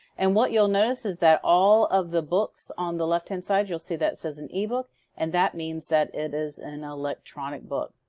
and what you'll notice is that all of the books on the left-hand side you'll see that says an e-book and that means that it is an electronic book.